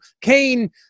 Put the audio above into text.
Kane